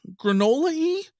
granola-y